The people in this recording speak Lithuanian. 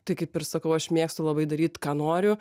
tai kaip ir sakau aš mėgstu labai daryt ką noriu